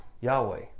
Yahweh